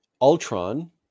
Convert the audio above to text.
Ultron